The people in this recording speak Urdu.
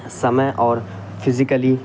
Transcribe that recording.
سمے اور فزیکلی